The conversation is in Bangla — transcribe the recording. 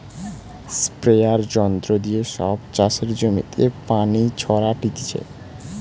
স্প্রেযাঁর যন্ত্র দিয়ে সব চাষের জমিতে পানি ছোরাটিছে